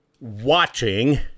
watching